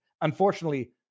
Unfortunately